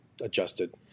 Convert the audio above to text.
adjusted